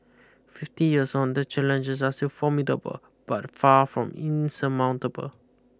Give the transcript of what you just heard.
fifty years on the challenges are still formidable but far from insurmountable